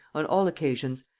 on all occasions,